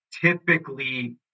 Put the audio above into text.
typically